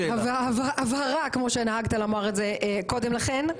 הבהרה כמו שנהגת לומר את זה קודם לכן: